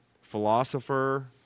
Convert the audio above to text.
philosopher